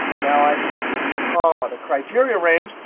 now i type a column. ah the criteria range,